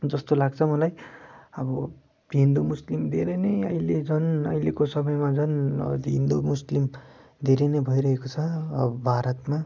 जस्तो लाग्छ मलाई अब हिन्दू मुस्लिम धेरै नै अहिले झन अहिलेको समयमा झन हिन्दू मुस्लिम धेरै नै भइरहेको अब भारतमा